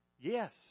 Yes